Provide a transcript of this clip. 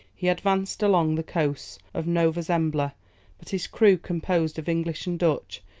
he advanced along the coasts of nova zembla but his crew, composed of english and dutch,